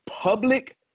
public